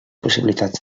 possibilitats